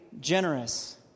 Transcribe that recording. generous